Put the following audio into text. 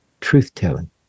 truth-telling